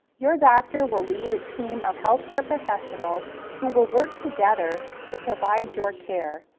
your doctor will lead a team of healthcare professionals who will work together to provide your care.